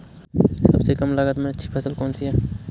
सबसे कम लागत में अच्छी फसल कौन सी है?